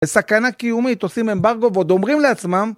בסכנה קיומית עושים אמברגו ועוד אומרים לעצמם